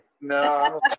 no